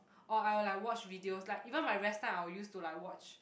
or I will like watch videos like even my rest time I will use to like watch